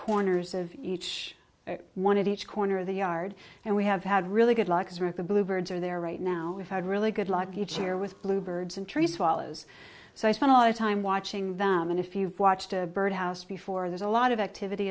corners of each one of each corner of the yard and we have had really good luck as with the blue birds are there right now we've had really good luck each year with blue birds and trees swallows so i spent a lot of time watching them and if you've watched a bird house before there's a lot of activity